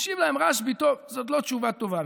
משיב להם רשב"י: זאת לא תשובה טובה,